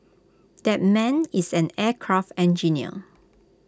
that man is an aircraft engineer